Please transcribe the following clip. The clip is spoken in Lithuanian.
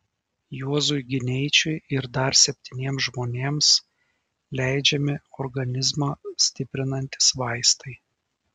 juozui gineičiui ir dar septyniems žmonėms leidžiami organizmą stiprinantys vaistai